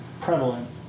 prevalent